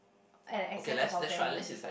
at the expense of our values